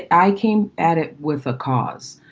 i came at it with a cause.